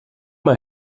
mal